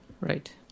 Right